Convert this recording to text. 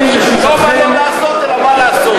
לא מה לא לעשות, אלא מה לעשות.